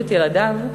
שלושת ילדיו,